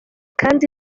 kandi